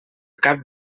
cap